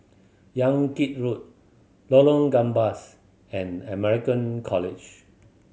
Yan Kit Road Lorong Gambas and American College